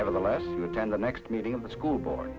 nevertheless attend the next meeting of the school board